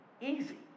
easy